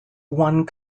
one